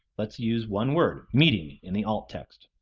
let's use one word, meeting in the alt text.